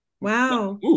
Wow